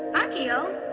akio?